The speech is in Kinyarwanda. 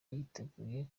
yiteguye